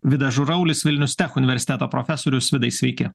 vidas žuraulis vilnius tech universiteto profesorius vidai sveiki